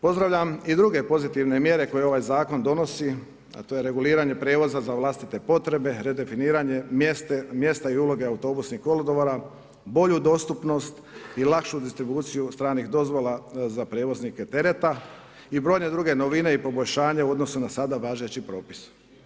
Pozdravljam i druge pozitivne mjere koje ovaj zakon donosi a to je reguliranje prijevoza za vlastite potrebe, redefinirane mjesta i uloge autobusnih kolodvora, bolju dostupnost i lakšu distribuciju stranih dozvola za prijevoznike tereta i brojne druge novine i poboljšanje u odnosu na sada važeći propis.